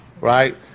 right